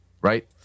right